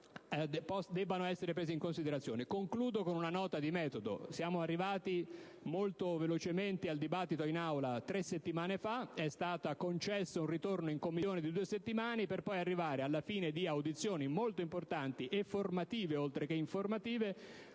Concludo con una nota di metodo. Siamo arrivati molto velocemente al dibattito in Aula tre settimane fa ed è stato concesso un ritorno in Commissione di due settimane, per poi arrivare, alla fine di audizioni molto importanti e formative (oltre che informative),